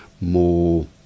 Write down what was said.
more